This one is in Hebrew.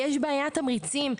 יש בעיית תמריצים.